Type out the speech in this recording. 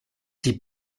sie